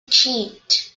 cheat